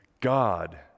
God